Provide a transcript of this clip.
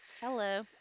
Hello